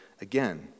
again